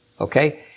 Okay